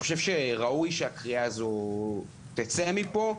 ראוי שהקריאה הזאת תצא מפה.